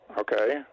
Okay